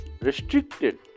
restricted